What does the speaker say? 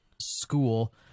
school